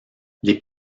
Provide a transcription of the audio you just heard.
les